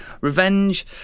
revenge